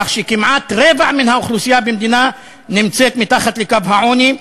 כך שכמעט רבע מן האוכלוסייה במדינה נמצא מתחת לקו העוני,